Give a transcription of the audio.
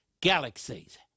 galaxies